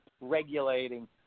regulating